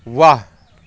वाह